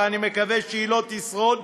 ואני מקווה שהיא לא תשרוד.